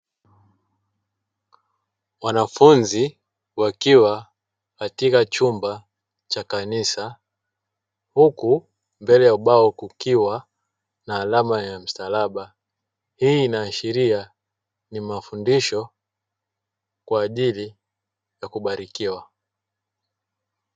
Wanafunzi wakiwa katika chumba cha kanisa huku mbele ya ubao kukiwa na alama ya msalaba hii inaashiria ni mafundisho kwaajili ya kubarikiwa.